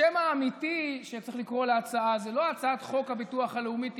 השם האמיתי שבו צריך לקרוא להצעה הוא לא הצעת חוק הביטוח הלאומי (תיקון,